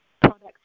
products